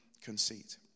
conceit